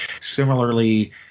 Similarly